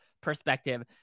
perspective